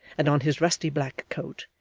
and on his rusty black coat,